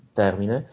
termine